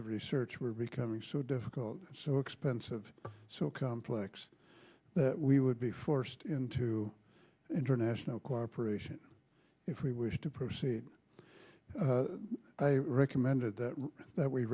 of research were becoming so difficult so expensive so complex that we would be forced into international cooperation if we wish to proceed i recommended that